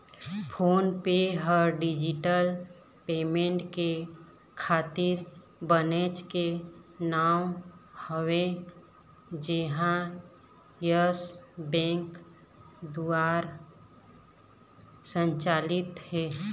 phone पे ह digital payment के खातिर बनेच के नांव हवय जेनहा यस बेंक दुवार संचालित हे